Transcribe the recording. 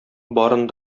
барын